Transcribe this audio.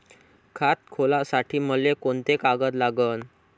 खात खोलासाठी मले कोंते कागद लागन?